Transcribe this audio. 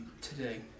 today